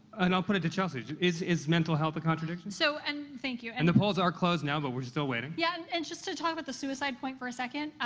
and i'll put it to chelsea. is is mental health a contradiction? so, and thank you. and the polls are closed now, but we're still waiting. yeah, and just to talk about the suicide point for a second,